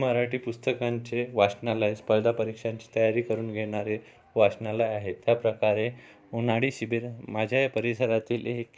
मराठी पुस्तकांचे वाचनालय स्पर्धापरीक्षांची तयारी करून घेणारे वाचनालय आहेत त्या प्रकारे उन्हाळी शिबिर माझ्या या परिसरातील एक